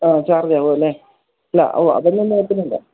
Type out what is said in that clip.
ആ ചാർജാകുമല്ലേ ഇല്ല അതൊന്നും നോക്കുന്നില്ല